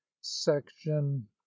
Section